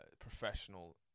professional